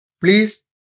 please